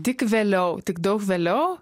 tik vėliau tik daug vėliau